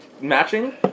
Matching